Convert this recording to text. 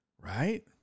Right